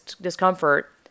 discomfort